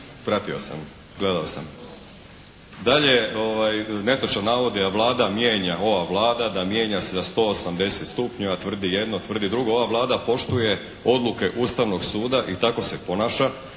Pratio sam, gledao sam. Dalje, netočan navod je da ova Vlada mijenja za 180 stupnjeva, tvrdi jedno, tvrdi drugo. Ova Vlada poštuje odluke Ustavnog suda i tako se ponaša